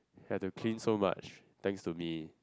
have to clean so much thanks to me